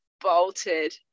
bolted